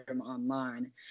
online